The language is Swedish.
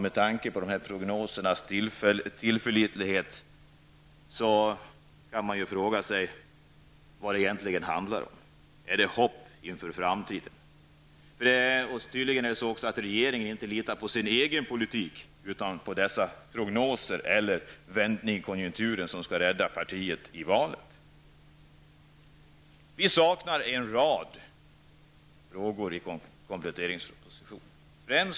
Med tanke på prognosers tillförlitlighet kan man fråga sig vad det egentligen handlar om. Är det fråga om ett hopp inför framtiden? Tydligen litar regeringen inte heller på sin egen politik, utan på dessa prognoser eller på den vändning i konjunkturen som skall rädda partiet i valet. Vi saknar en mängd saker i kompletteringspropositionen.